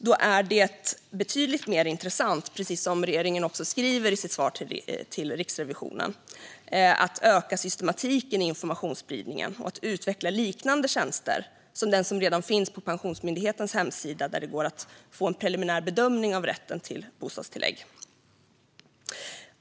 Då är det betydligt mer intressant att, precis som regeringen också skriver i sitt svar till Riksrevisionen, öka systematiken i informationsspridningen och att utveckla liknande tjänster som den som redan finns på Pensionsmyndighetens hemsida, där det går att få en preliminär bedömning av rätten till bostadstillägg.